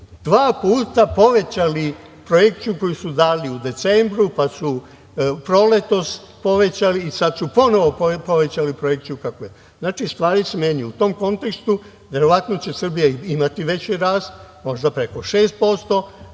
dva puta povećali projekciju koju su dali u decembru, pa su proletos povećali i sada su ponovo povećali projekciju. Znači, stvari se menjaju.U tom kontekstu, verovatno će Srbija imati veći rast, možda preko 6%,